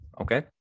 okay